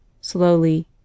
slowly